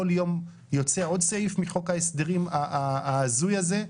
כל יום יוצא עוד סעיף מחוק ההסדרים ההזוי הזה,